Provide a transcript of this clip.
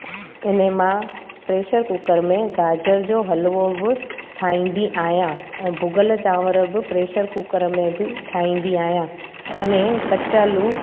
अने मां pressure cooker में गाजर जो हलवो बि ठाहींदी आहियां ऐं भुॻल चांवर बि प्रेशर कुकर में बि ठाहींदी आहियां अने कचालू